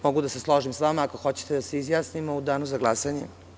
Mogu da se složim sa vama da se izjasnimo u danu za glasanje.